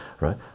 right